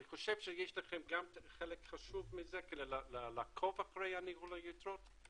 אני חושב שיש לכם גם חלק חשוב מזה כדי לעקוב אחרי ניהול הקרן.